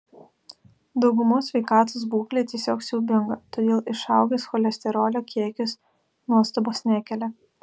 daugumos sveikatos būklė tiesiog siaubinga todėl išaugęs cholesterolio kiekis nuostabos nekelia